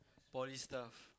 poly stuff